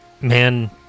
man